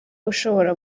ushobora